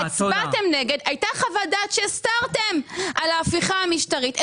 הייתה חוות דעת שהסתרתם על ההפיכה המשטרית,